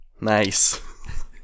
Nice